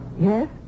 Yes